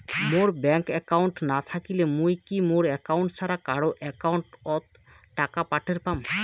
মোর bank account না থাকিলে মুই কি মোর একাউন্ট ছাড়া কারো একাউন্ট অত টাকা পাঠের পাম?